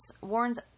warns